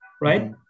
right